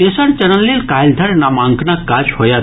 तेसर चरण लेल काल्हि धरि नामांकनक काज होयत